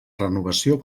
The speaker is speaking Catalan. renovació